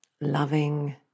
loving